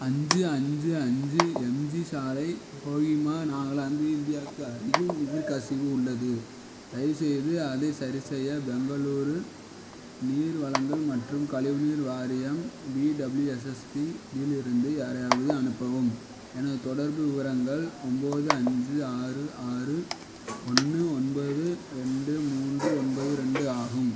அஞ்சு அஞ்சு அஞ்சு எம்ஜி சாலை கோஹிமா நாகாலாந்து இந்தியாக்கு அருகில் நீர் கசிவு உள்ளது தயவுசெய்து அதை சரிசெய்ய பெங்களூரு நீர் வழங்கல் மற்றும் கழிவுநீர் வாரியம் பிடபிள்யூஎஸ்எஸ்பி திலிருந்து யாரையாவது அனுப்பவும் எனது தொடர்பு விவரங்கள் ஒம்பது அஞ்சு ஆறு ஆறு ஒன்று ஒன்பது ரெண்டு மூன்று ஒன்பது ரெண்டு ஆகும்